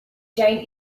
jane